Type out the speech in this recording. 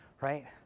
right